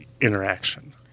interaction